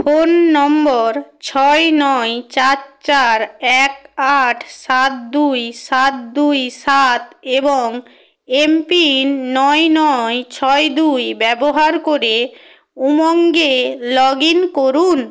phone number ছয় নয় চার চার এক আট সাত দুই সাত দুই সাত এবং এম পিন নয় নয় ছয় দুই ব্যবহার করে উমঙ্গে লগ ইন করুন